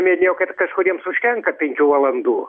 minėjo kad kažkuriems užtenka penkių valandų